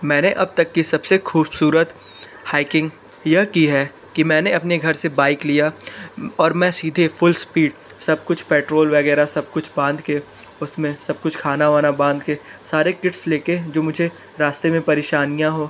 मैंने अब तक की सब से ख़ूबसूरत हाइकिंग यह की है कि मैंने अपने घर से बाइक लिया और मैं सीधे फुल इस्पीड सब कुछ पेट्रोल वग़ैरह सब कुछ बांध के उस में सब कुछ खाना वाना बांध के सारे किट्स ले के जो मुझे रास्ते में परेशानियाँ हो